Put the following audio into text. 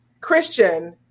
Christian